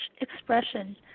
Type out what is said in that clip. expression